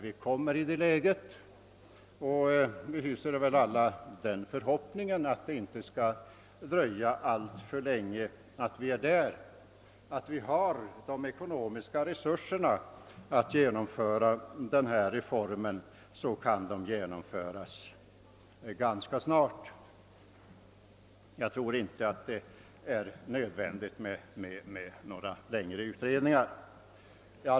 Vi hyser väl alla den förhoppningen att det inte skall dröja alltför länge innan vi har de ekonomiska resurserna för att genomföra denna reform, och när vi väl har kommit i den situationen tror jag att den kan genomföras ganska snabbt. Det är säkerligen inte nödvändigt att göra några längre utredningar.